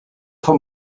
from